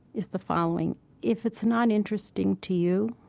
is the following if it's not interesting to you,